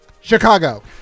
Chicago